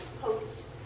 post